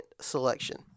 selection